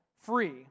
free